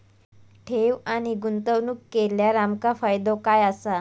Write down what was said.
ठेव आणि गुंतवणूक केल्यार आमका फायदो काय आसा?